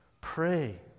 Pray